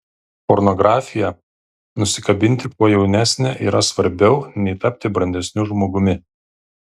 pornografija nusikabinti kuo jaunesnę yra svarbiau nei tapti brandesniu žmogumi